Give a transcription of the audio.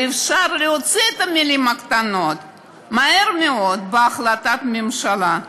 ואפשר להוציא את המילים הקטנות מהר מאוד בהחלטת ממשלה.